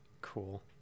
cool